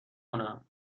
کنم